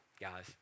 guys